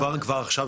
כבר עכשיו?